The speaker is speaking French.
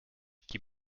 qui